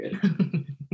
good